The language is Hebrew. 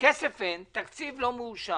כסף אין, התקציב לא מאושר.